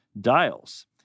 dials